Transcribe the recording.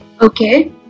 Okay